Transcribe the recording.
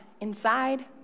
inside